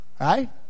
right